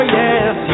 yes